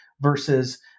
versus